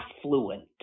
affluent